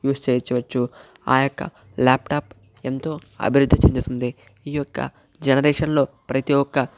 use చేయవచ్చు ఆ యొక్క ల్యాప్టాప్ ఎంతో అభివృద్ధి చెందుతుంది ఈ యొక్క జనరేషన్ లో ప్రతి ఒక్క